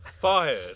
fired